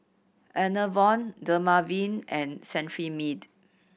Enervon Dermaveen and Cetrimide